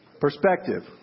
Perspective